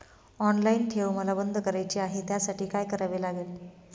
Online ठेव मला बंद करायची आहे, त्यासाठी काय करावे लागेल?